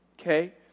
Okay